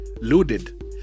Loaded